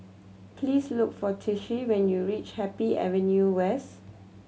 please look for Tishie when you reach Happy Avenue West